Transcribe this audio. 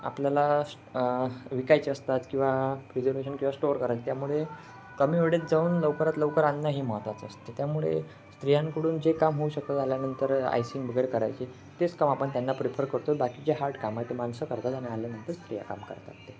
आपल्याला विकायचे असतात किंवा प्रिजर्वेशन किंवा स्टोअर करायचं त्यामुळे कमी वेळेत जाऊन लवकरात लवकर आणणंही महत्त्वाचं असते त्यामुळे स्त्रियांकडून जे काम होऊ शकत आल्यानंतर आयसिंग वगैरे करायचे तेच काम आपण त्यांना प्रिफर करतो बाकी जे हार्ट काम आहे ते माणसं करतात आणि आल्यानंतर स्त्रिया काम करतात